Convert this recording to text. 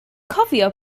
cofio